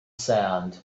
sand